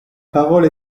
parole